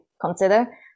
consider